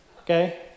okay